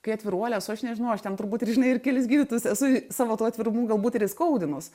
kai atviruolė esu aš nežinau aš ten turbūt ir žinai ir kelis gydytojus esu savo tuo atvirumu galbūt ir įskaudinus